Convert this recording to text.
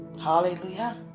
hallelujah